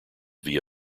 via